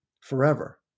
forever